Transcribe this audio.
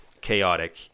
chaotic